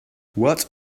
what